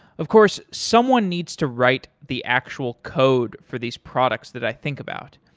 of course, someone needs to write the actual code for these products that i think about.